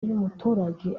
y’umuturage